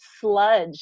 sludge